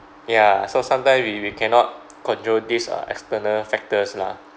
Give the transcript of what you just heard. ya so sometimes we we cannot control this uh external factors lah